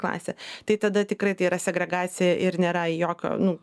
klasė tai tada tikrai tai yra segregacija ir nėra jokio nu